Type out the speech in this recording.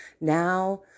Now